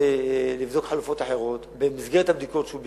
לבדוק חלופות אחרות במסגרת הבדיקות שהוא ביקש,